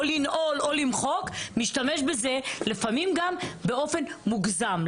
לנעול או למחוק - משתמש בזה לפעמים גם באופן מוגזם.